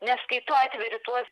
nes kai tu atveri tuos